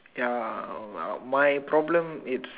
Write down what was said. ya uh my problem it's